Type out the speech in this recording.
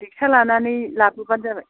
लेखा लानानै लाबोब्लानो जाबाय